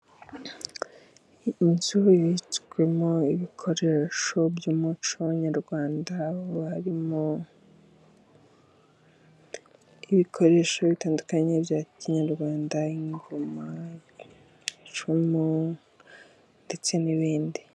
Inzu yutswe mu bikoresho by'umuco nyarwanda, harimo ibikoresho bitandukanye bya kinyarwanda, ingoma icumu ndetse n'ibindi.